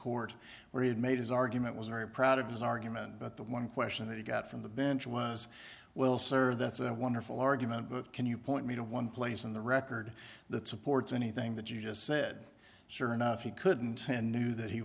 court where he had made his argument was very proud of his argument but the one question that he got from the bench was will serve that's a wonderful argument but can you point me to one place in the record that supports anything that you just said sure enough he couldn't and knew that he